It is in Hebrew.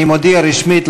אני מודיע רשמית,